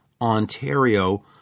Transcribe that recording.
Ontario